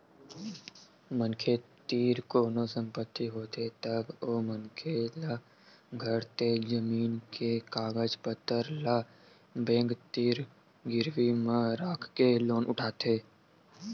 मनखे तीर कोनो संपत्ति होथे तब ओ मनखे ल घर ते जमीन के कागज पतर ल बेंक तीर गिरवी म राखके लोन उठाथे